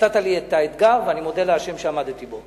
נתת לי את האתגר, ואני מודה לה' שעמדתי בו.